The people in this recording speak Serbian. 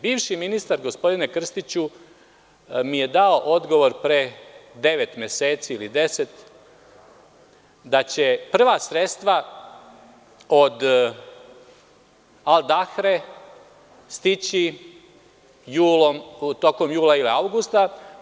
Bivši ministar, gospodine Krstiću, mi je dao odgovor pre devet meseci ili 10, da će prva sredstva od Al Dahre stići tokom jula ili avgusta.